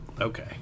Okay